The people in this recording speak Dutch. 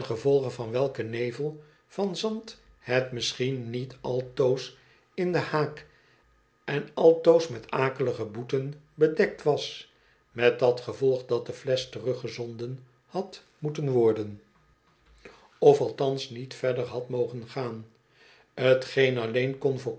gevolge van welken nevel van zand het misschien niet altoos in den haak en altoos met akelige boeten bedekt was met dat gevolg dat de flesch teruggezonden had moeten worde italiaansche gevangene den of althans niet verder had mogen gaan t geen alleen kon